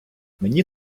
мені